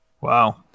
Wow